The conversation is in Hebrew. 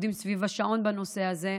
עובדים סביב השעון בנושא הזה,